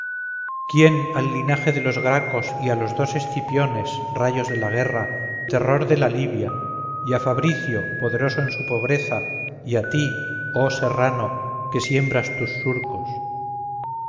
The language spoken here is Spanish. quién al linaje de los gracos y a los dos escipiones rayos de la guerra terror de la libia y a fabricio poderoso en su pobreza y a ti oh serrano que siembras tus surcos